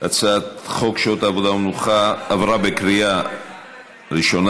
הצעת חוק שעות עבודה ומנוחה עברה בקריאה ראשונה,